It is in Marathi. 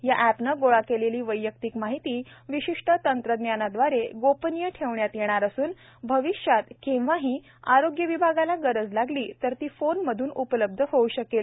या अप्रने गोळा केलेली वैयक्तिक माहिती विशिष्ट तंत्रज्ञानाद्वारे गोपनीय ठेवण्यात येणार असून भविष्यात भविष्यात केव्हाही आरोग्य विभागाला गरज लागली तर ती फोनमधून उपलब्ध होऊ शकेल